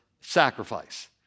sacrifice